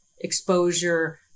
exposure